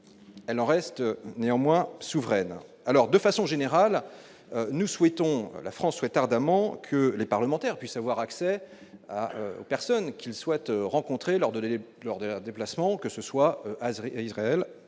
elle en reste néanmoins souveraines alors de façon générale, nous souhaitons la France souhaite ardemment que les parlementaires puissent avoir accès aux personnes qu'souhaitent rencontrer lors de l'année, lors de leurs déplacements, que ce soit à et Israël